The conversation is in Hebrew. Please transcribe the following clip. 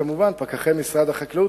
וכמובן פקחי משרד החקלאות,